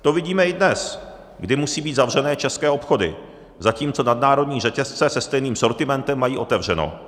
To vidíme i dnes, kdy musí být zavřené české obchody, zatímco nadnárodní řetězce se stejným sortimentem mají otevřeno.